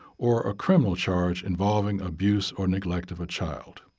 or a criminal charge involving abuse or neglect of a child.